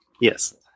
Yes